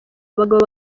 abagabo